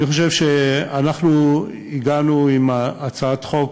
אני חושב שאנחנו הגענו בנושא הזה עם הצעת חוק